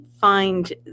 find